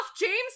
james